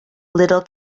little